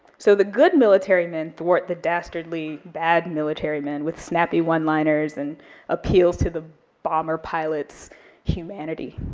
so the good military men thwart the dastardly bad military men with snappy one-liners and appeals to the bomber pilots' humanity,